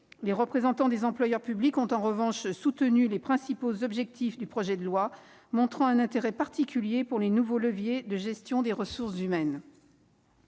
Les représentants des employeurs publics ont, en revanche, soutenu les principaux objectifs du projet de loi, montrant un intérêt particulier pour les nouveaux leviers de gestion des ressources humaines.